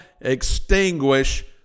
extinguish